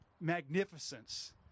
magnificence